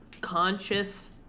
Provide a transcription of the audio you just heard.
conscious